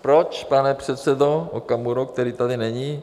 Proč, pane předsedo Okamuro, který tady není?